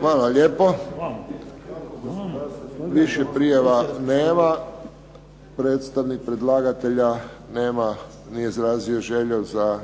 Hvala lijepo. Više prijava nema. Predstavnik predlagatelja nije izrazio želju za